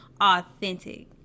authentic